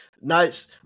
Nice